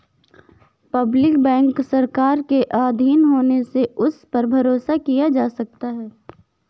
public bank सरकार के आधीन होने से उस पर भरोसा किया जा सकता है